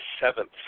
seventh